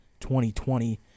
2020